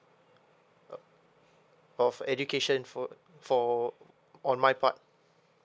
uh of education for for on my part